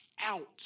out